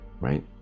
right